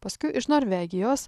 paskui iš norvegijos